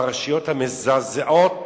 הפרשיות המזעזעות,